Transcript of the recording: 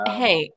hey